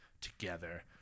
together